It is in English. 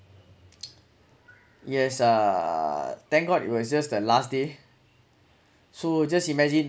yes uh thank god it was just the last day so just imagine